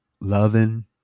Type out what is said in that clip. Loving